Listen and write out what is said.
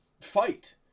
fight